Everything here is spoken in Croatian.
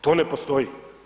To ne postoji.